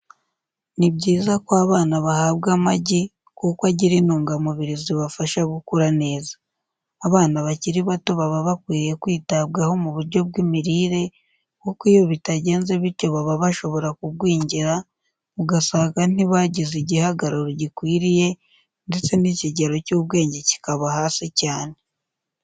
Ni byiza ko abana bahabwa amagi kuko agira intungamubiri zibafasha gukura neza. Abana bakiri bato baba bakwiriye kwitabwaho mu buryo bw'imirire kuko iyo bitagenze bityo baba bashobora kugwingira ugasanga ntibagize igihagarari gikwiriye ndetse n'ikigero cy'ubwenge kikaba hasi cyane.